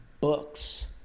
books